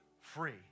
free